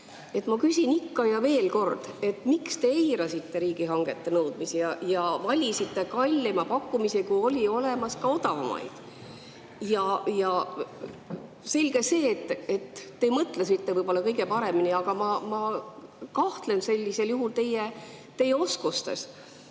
Ma küsin veel kord: miks te eirasite riigihangete nõudmisi ja valisite kallima pakkumise, kui oli olemas ka odavamaid? Selge see, et te mõtlesite võib-olla kõige paremini, aga ma kahtlen sellisel juhul teie oskustes.